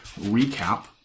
recap